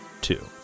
Two